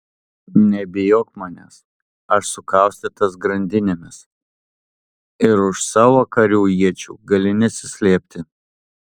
nebebijok manęs aš sukaustytas grandinėmis ir už savo karių iečių gali nesislėpti